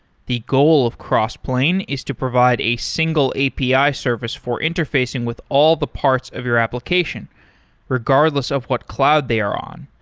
the goal of crossplane is to provide a single api service for interfacing with all the parts of your application regardless of what cloud they are on.